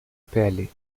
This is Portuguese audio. pele